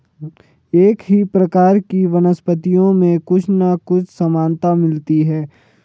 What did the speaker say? एक ही प्रकार की वनस्पतियों में कुछ ना कुछ समानता मिलती है